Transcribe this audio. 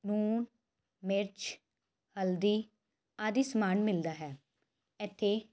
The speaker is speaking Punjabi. ਲੂਣ ਮਿਰਚ ਹਲਦੀ ਆਦਿ ਸਮਾਨ ਮਿਲਦਾ ਹੈ ਇੱਥੇ